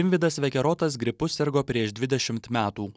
rimvydas vekerotas gripu sirgo prieš dvidešimt metų